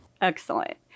Excellent